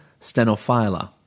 stenophylla